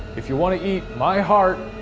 if you wanna eat my heart,